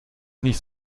nicht